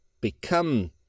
become